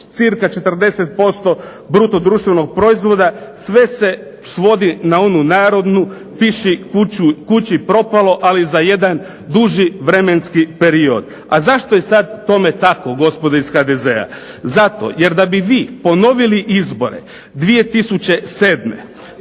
cca 40% bruto društvenog proizvoda. Sve se svodi na onu narodnu "piši kući propalo", ali za jedan duži vremenski period. A zašto je sad tome tako, gospodo iz HDZ-a? Zato jer da bi vi ponovili izbore 2007.